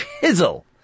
Chisel